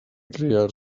criar